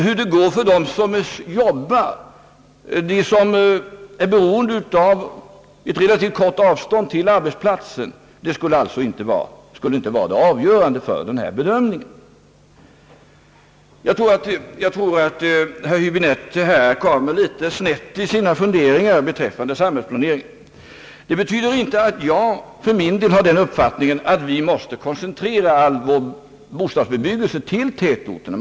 Hur det går för dem som arbetar och är beroende av ett relativt kort avstånd till arbetsplatsen skulle inte vara avgörande för bedömningen. Jag tror att herr Häbinette här kommer litet snett i sina funderingar beträffande samhällsplaneringen. Det betyder inte att jag för min del har den uppfattningen att vi måste koncentrera all vår bostadsbebyggelse till tätorterna.